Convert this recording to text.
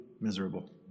miserable